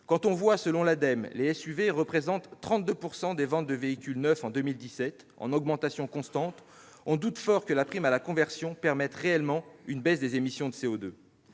représentent, selon l'ADEME, 32 % des ventes de véhicules neufs en 2017, chiffre en augmentation constante, on doute fort que la prime à la conversion permette réellement une baisse des émissions de CO2.